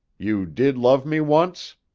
you did love me once?